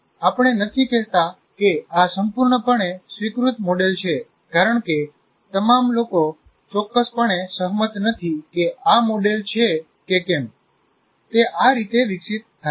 આપણે નથી કહેતા કે આ સંપૂર્ણપણે સ્વીકૃત મોડેલ છે કારણ કે તમામ લોકો ચોક્કસપણે સહમત નથી કે આ મોડેલ છે કે કેમ તે આ રીતે વિકસિત થાય છે